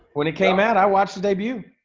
when it came out, i watched the debut.